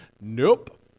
Nope